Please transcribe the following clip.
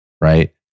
Right